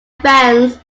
fans